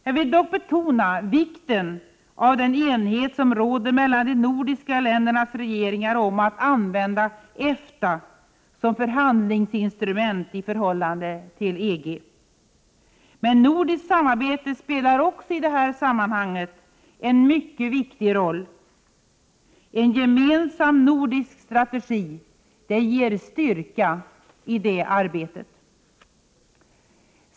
Jag vill dock betona vikten av den enighet som råder mellan de nordiska ländernas regeringar om att använda EFTA som förhandlingsinstrument i förhållande till EG. Nordiskt samarbete spelar i detta sammanhang också en mycket viktig roll. En gemensam nordisk strategi ger styrka i detta arbete.